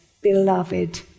beloved